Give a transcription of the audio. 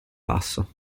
basso